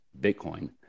Bitcoin